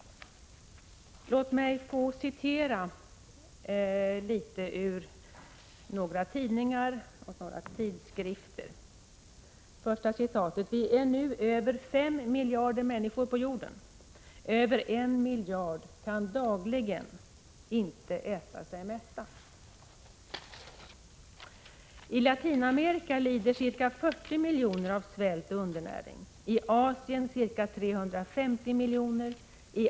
Låt mig få återge några uttalanden som gjorts i en del tidningar och tidskrifter. Det första citatet lyder: ”Vi är nu över 5 miljarder människor på jorden. Över 1 miljard kan dagligen inte äta sig mätta.” Vidare: ”I Latinamerika lider ca 40 miljoner människor av svält och undernäring, i Asien ca 350 miljoner människor.